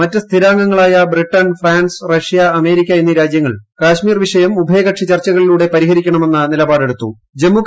മറ്റ് സ്ഥിരാംഗങ്ങളായ Britain France Russia America എന്നീ രാജ്യങ്ങൾ കാശ്മീർ വിഷയം ഉഭയകക്ഷി ചർച്ചകളിലൂടെ പരിഹരിക്കണമെന്ന് നിലപാടെടുത്തു